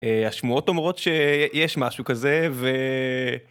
השמועות אומרות שיש משהו כזה ו...